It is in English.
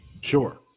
Sure